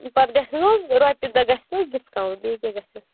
پَتہٕ گَژھٮ۪ن حظ رۄپیہِ دَہ گَژھنَس ڈِسکاوُنٛٹ بیٚیہِ کیٛاہ گَژھٮ۪س